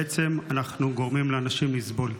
בעצם אנחנו גורמים לאנשים לסבול.